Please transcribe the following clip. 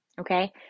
Okay